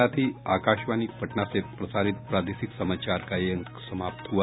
इसके साथ ही आकाशवाणी पटना से प्रसारित प्रादेशिक समाचार का ये अंक समाप्त हुआ